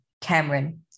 Cameron